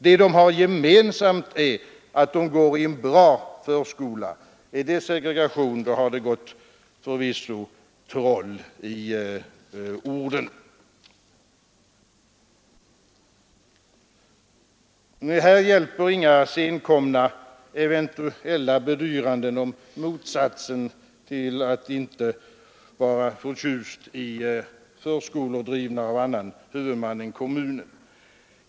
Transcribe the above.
Det de har gemensamt är att de går i en bra förskola. Är det segregation, då har det förvisso gått troll i orden. Här hjälper inga senkomna eventuella bedyranden om motsatsen till att inte vara förtjust i förskolor drivna av annan huvudman än kommunen.